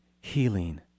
healing